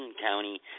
County